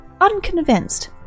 unconvinced